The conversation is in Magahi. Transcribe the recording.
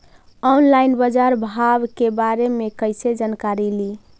ऑनलाइन बाजार भाव के बारे मे कैसे जानकारी ली?